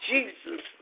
Jesus